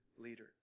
leader